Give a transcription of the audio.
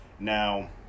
Now